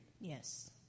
Yes